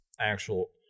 actual